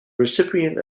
recipient